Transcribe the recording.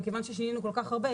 מכיוון ששינינו כל כך הרבה,